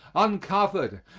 uncovered,